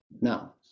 now